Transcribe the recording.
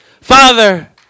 Father